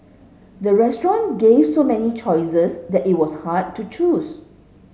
the restaurant gave so many choices that it was hard to choose